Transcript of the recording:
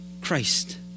Christ